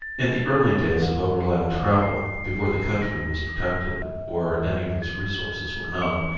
in the early days of overland travel before the country was protected or any of its resources were known,